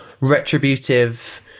retributive